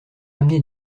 amené